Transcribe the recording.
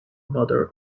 mother